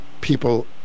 people